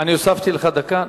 אני הוספתי לך דקה.